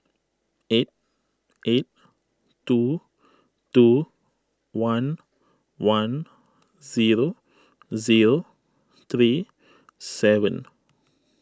eight eight two two one one zero zero three seven